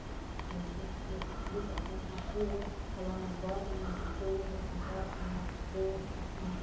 مےٚ چھُ بیٚیہِ چھُ اَتھ منٛز آسان پوش پھلان باغَن منٛز چھِ پوش آسان پارکَن منٛز چھِ پوش آسان